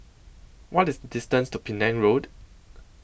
What IS distance to Penang Road